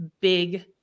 big